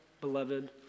beloved